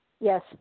Yes